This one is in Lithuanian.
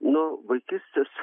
nuo vaikystės